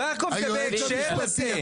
יעקב, זה בהקשר לזה.